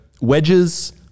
wedges